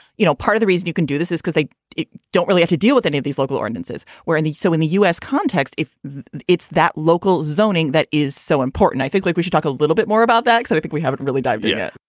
you know, part of the reason you can do this is because they don't really have to deal with any of these local ordinances wherein. so in the u s. context, if it's that local zoning that is so important, i think like we should talk a little bit more about that. so i think we haven't really dived yet